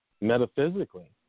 metaphysically